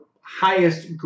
highest